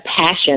passion